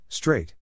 Straight